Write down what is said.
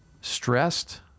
stressed